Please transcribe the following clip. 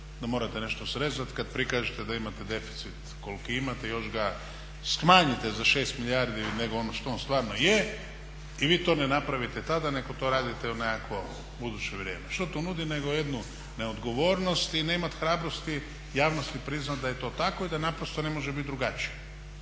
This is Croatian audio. da morate nešto srezat, kad prikažete da imate deficit koliki imate, još ga smanjite za 6 milijardi nego ono što on stvarno je i vi to ne napravite tada nego to radite u nekakvo buduće vrijeme. Što to nudi nego jednu neodgovornost i ne imat hrabrosti javnosti priznat da je to tako i da naprosto ne može bit drugačije.